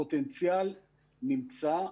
הפוטנציאל נמצא,